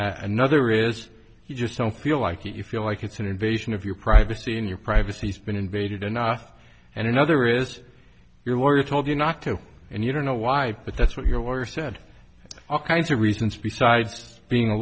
another is he just don't feel like it you feel like it's an invasion of your privacy in your privacy he's been invaded enough and another is your lawyer told you not to and you don't know why but that's what your lawyer said all kinds of reasons besides being